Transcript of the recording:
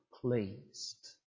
pleased